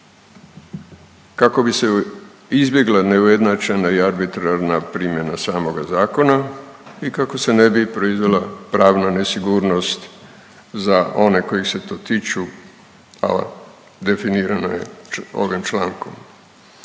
kako bi se izbjegla neujednačena i arbitrarna primjena samoga zakona i kako se ne bi proizvela pravna nesigurnost za one kojih se to tiču, definirano je ovim člankom.